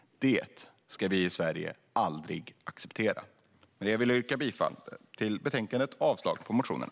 Det ska vi i Sverige aldrig acceptera. Med detta vill jag yrka bifall till utskottets förslag i betänkandet och avslag på motionerna.